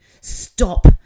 Stop